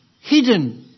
Hidden